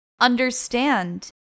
Understand